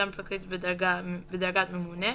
גם פרקליט בדרגת ממונה,